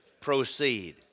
proceed